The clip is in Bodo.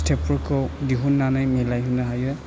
स्थेबफोरखौ दिहुननानै मिलाय होनो हायो